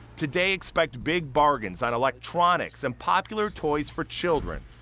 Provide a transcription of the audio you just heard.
today, expect big bargains on electronics and popular toys for children.